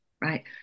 right